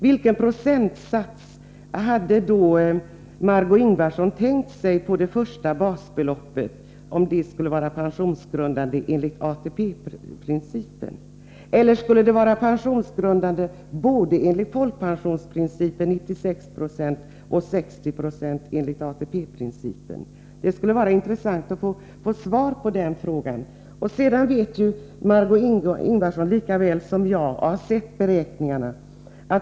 Vilken procentsats hade Margö Ingvardsson då tänkt sig på det första basbeloppet, om det skulle vara pensionsgrundande enligt ATP-principen? Eller skulle det vara pensionsgrundande enligt både folkpensionsprincipen — med 96 96 — och enligt ATP-principen med 60 26? Det skulle vara intressant att få svar på den frågan.